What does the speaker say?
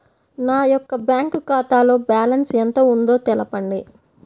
నా యొక్క బ్యాంక్ ఖాతాలో బ్యాలెన్స్ ఎంత ఉందో తెలపండి?